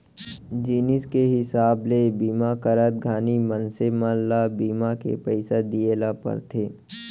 जिनिस के हिसाब ले बीमा करत घानी मनसे मन ल बीमा के पइसा दिये ल परथे